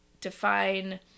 define